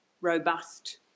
robust